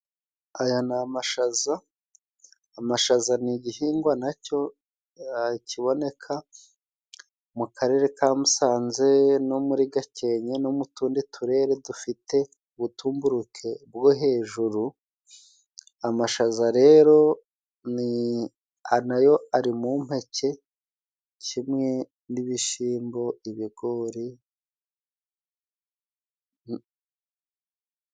Aya ni amashaza. Amashaza ni igihingwa nacyo kiboneka mu karere ka Musanze no muri Gakenke no mu tundi turere dufite ubutumburuke bwo hejuru. Amashaza rero nayo ari mu mpeke kimwe n'ibishyimbo, ibigori.